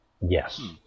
Yes